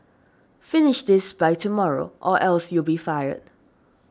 finish this by tomorrow or else you'll be fired